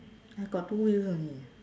I got two wheel only